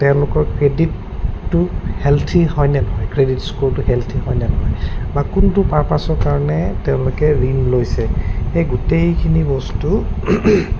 তেওঁলোকৰ ক্ৰেডিটটো হেলথি হয়নে নহয় ক্ৰেডিট স্ক'ৰটো হেলথি হয়নে নহয় বা কোনটো পাৰপাছৰ কাৰণে তেওঁলোকে ঋণ লৈছে এই গোটেইখিনি বস্তু